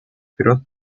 вперед